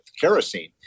kerosene